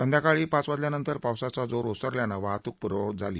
सायंकाळी पाच वाजल्यानंतर पावसाचा जोर ओसरल्याने वाहतुक पूर्ववत झाली